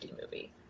movie